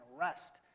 rest